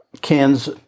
cans